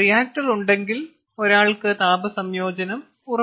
reactor ഉണ്ടെങ്കിൽ ഒരാൾക്ക് താപ സംയോജനം ഉറപ്പാക്കാം